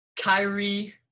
Kyrie